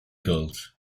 girls